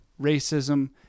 racism